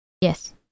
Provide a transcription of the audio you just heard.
Yes